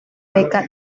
beca